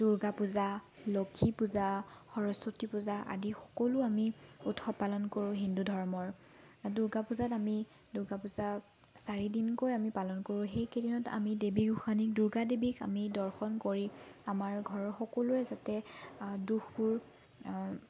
দুৰ্গা পূজা লক্ষী পূজা সৰস্বতী পূজা আদি সকলো আমি উৎসৱ পালন কৰোঁ হিন্দু ধৰ্মৰ দুৰ্গা পূজাত আমি দুৰ্গা পূজা চাৰিদিনকৈ আমি পালন কৰোঁ সেইকেইদিনত আমি দেৱী গোঁসানীক দুৰ্গা দেৱীক আমি দৰ্শন কৰি আমাৰ ঘৰৰ সকলোৰে যাতে দোষবোৰ